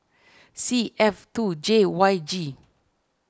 C F two J Y G